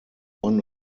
one